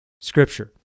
scripture